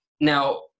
Now